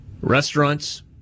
restaurants